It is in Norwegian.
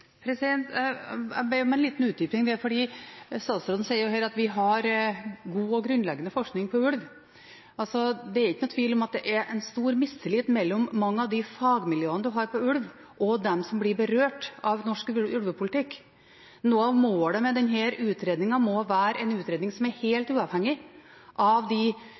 og grunnleggende forskning på ulv. Det er ikke noen tvil om at det er en stor mistillit mellom mange av de fagmiljøene man har når det gjelder ulv, og dem som blir berørt av norsk ulvepolitikk. Noe av målet med denne utredningen må være at den er helt uavhengig av de